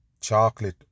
chocolate